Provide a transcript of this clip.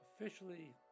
officially